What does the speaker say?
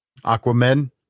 Aquaman